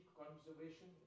conservation